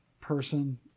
person